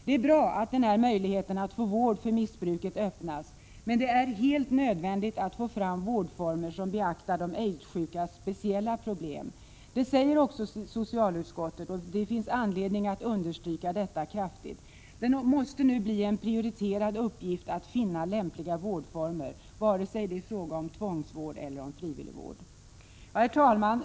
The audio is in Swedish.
Det är bra att den här möjligheten att få vård för missbruket öppnas, men det är helt nödvändigt att få fram vårdformer som beaktar de aidssjukas speciella problem. Det säger också socialutskottet, och det finns anledning att understryka detta kraftigt. Det måste nu bli en prioriterad uppgift att finna lämpliga vårdformer, vare sig det är fråga om tvångsvård eller om frivillig vård. Herr talman!